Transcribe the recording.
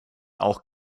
auch